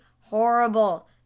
horrible